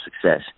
success